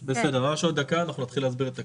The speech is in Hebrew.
בסדר, ממש עוד דקה אנחנו נתחיל להסביר את הכלי.